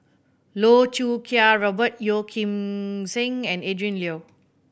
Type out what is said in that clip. Loh Choo Kiat Robert Yeoh Ghim Seng and Adrin Loi